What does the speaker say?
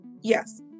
yes